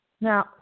Now